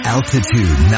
Altitude